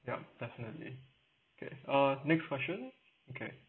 ya definitely okay uh next question okay